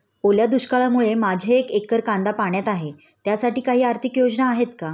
ओल्या दुष्काळामुळे माझे एक एकर कांदा पाण्यात आहे त्यासाठी काही आर्थिक योजना आहेत का?